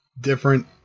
different